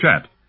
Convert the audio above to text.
chat